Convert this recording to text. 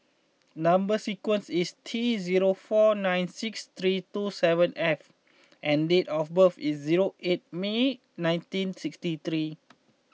number sequence is T zero four nine six three two seven F and date of birth is zero eight May nineteen sixty three